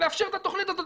לאפשר את התוכנית הזאת.